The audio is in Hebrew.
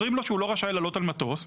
להעלות אותם בכוח,